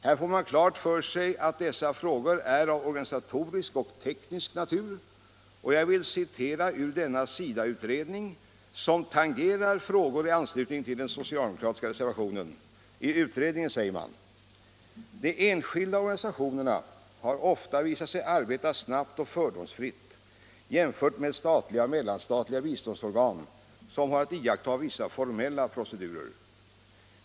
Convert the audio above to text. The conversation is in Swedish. Här får man klart för sig att dessa frågor är av organisatorisk och teknisk natur, och jag vill ur denna SIDA-utredning, som tangerar frågor i anslutning till den socialdemokratiska reservationen, citera följande: ”De enskilda organisationerna har ofta visat sig arbeta snabbt och fördomsfritt jämfört med statliga och mellanstatliga biståndsorgan som har att iaktta vissa formella procedurer.